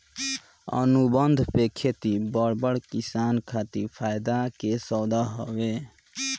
अनुबंध पे खेती बड़ बड़ किसान खातिर फायदा के सौदा हवे